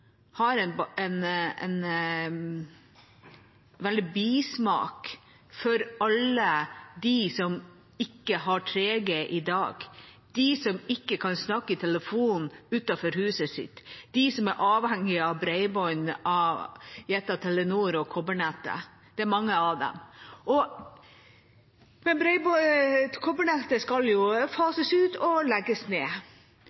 har en veldig bismak for alle dem som ikke har 3G i dag – de som ikke kan snakke i telefonen utenfor huset sitt, de som er avhengige av bredbånd fra Telenor og kobbernettet. Det er mange av dem, men kobbernettet skal jo